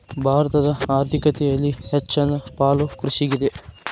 ಭಾರತದ ಆರ್ಥಿಕತೆಯಲ್ಲಿ ಹೆಚ್ಚನ ಪಾಲು ಕೃಷಿಗಿದೆ